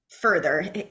further